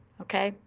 ok?